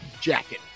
jacket